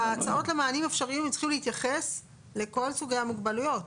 בהצעות למענים אפשריים הם צריכים להתייחס לכל סוגי המוגבלויות,